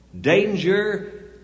Danger